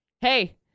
hey